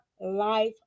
life